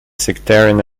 sectarian